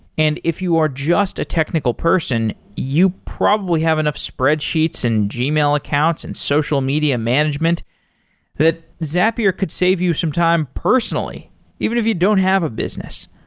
and if you are just a technical person, you probably have enough spreadsheets, and gmail accounts, and social media management that zapier could save you some time personally even if you don't have a business.